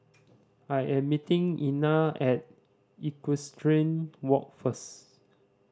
I am meeting Ina at Equestrian Walk first